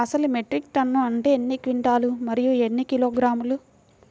అసలు metric ton అంటే ఎన్ని క్వింటాలు మరియు ఎన్ని కిలోగ్రాములు?